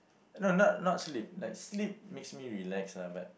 no not not sleep like sleep makes me relax lah but